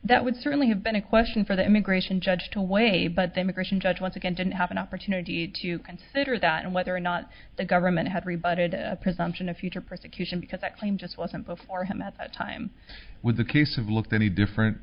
that would certainly have been a question for the immigration judge to weigh but the immigration judge once again didn't have an opportunity to consider that and whether or not the government had rebuttal presumption to future prosecution because that claim just wasn't before him at the time with the case of looked any different